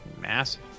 massive